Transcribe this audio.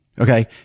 okay